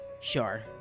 sure